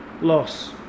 loss